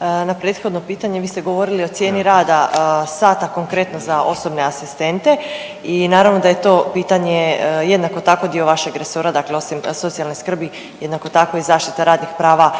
na prethodno pitanje vi ste govorili o cijeni rada sata konkretno za osobne asistente i naravno da je to pitanje jednako tako dio vašeg resora, dakle osim socijalne skrbi jednako tako i zaštita radnih prava